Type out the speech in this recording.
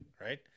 right